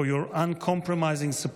for your uncompromising support